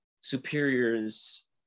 superiors